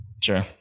Sure